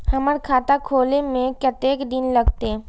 हमर खाता खोले में कतेक दिन लगते?